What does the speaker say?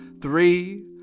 Three